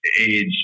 age